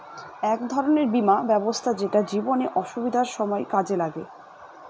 এক ধরনের বীমা ব্যবস্থা যেটা জীবনে অসুবিধার সময় কাজে লাগে